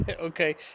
Okay